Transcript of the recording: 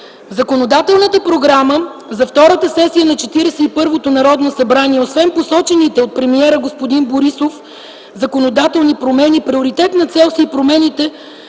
Законодателната програма за втората сесия на 41-то Народно събрание, освен посочените от премиера господин Борисов законодателни промени, приоритетна цел са и промените